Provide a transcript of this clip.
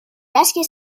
rescue